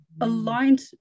aligned